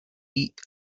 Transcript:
eat